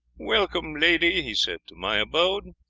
welcome, lady, he said, to my abode.